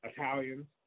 Italians